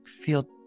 feel